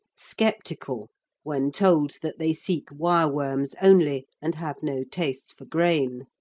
sceptical when told that they seek wireworms only and have no taste for grain.